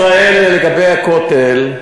משטרת ישראל, לגבי הכותל,